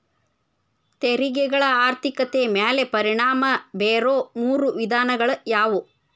ತೆರಿಗೆಗಳ ಆರ್ಥಿಕತೆ ಮ್ಯಾಲೆ ಪರಿಣಾಮ ಬೇರೊ ಮೂರ ವಿಧಾನಗಳ ಯಾವು